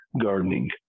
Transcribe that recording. gardening